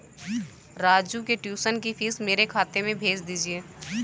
राजू के ट्यूशन की फीस मेरे खाते में भेज दीजिए